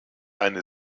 eine